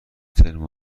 ترم